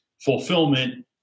fulfillment